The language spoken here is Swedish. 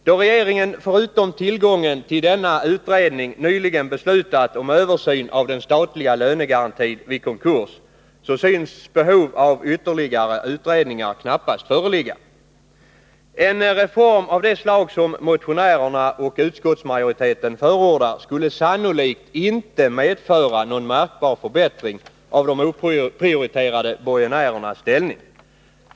Då regeringen förutom tillgången till denna utredning nyligen har beslutat om översyn av den statliga lönegarantin vid konkurs, synes behov av ytterligare utredningar knappast föreligga. En reform av det slag som motionärerna och utskottsmajoriteten förordar skulle sannolikt inte medföra någon märkbar förbättring av de oprioriterade borgenärernas ställning.